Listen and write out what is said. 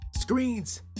screens